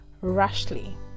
rashly